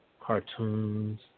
cartoons